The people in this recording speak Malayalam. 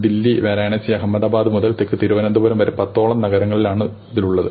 ദില്ലി വാരണാസി അഹമ്മദാബാദ് മുതൽ തെക്ക് തിരുവനന്തപുരം വരെ പത്തോളം നഗരങ്ങലാണിതിലുള്ളത്